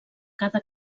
cada